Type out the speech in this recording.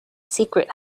secret